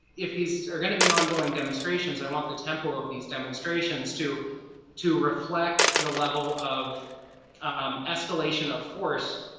if these are going to be ongoing demonstrations, i want the temple of these demonstrations to to reflect the level of um escalation of force,